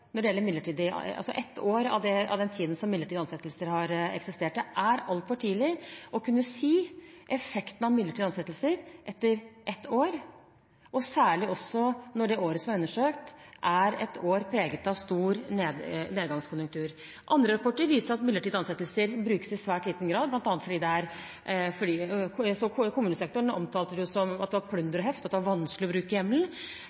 når det året som er undersøkt, er et år preget av stor nedgangskonjunktur. Andre rapporter viser at midlertidige ansettelser brukes i svært liten grad. Kommunesektoren omtalte det som plunder og heft, at det var vanskelig å bruke hjemmelen,